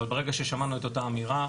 אבל ברגע ששמענו את אותה אמירה,